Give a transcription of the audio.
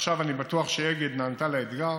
ועכשיו אני בטוח שאגד נענתה לאתגר